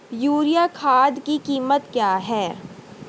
Urea खाद की कीमत क्या है?